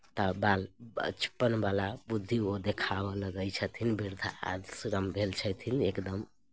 तऽ बाल बचपनवला बुद्धि ओ देखाबय लगैत छथिन वृद्धा आश्रम भेल छथिन एकदम